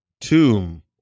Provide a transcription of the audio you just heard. tomb